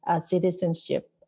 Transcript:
citizenship